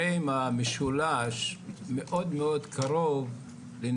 המשולש מאוד, מאוד קרוב.